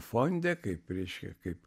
fonde kaip reiškia kaip